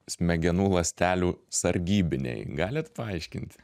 smegenų ląstelių sargybiniai galit paaiškinti